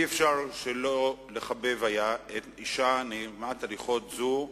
לא היה אפשר שלא לחבב אשה נעימת הליכות זו,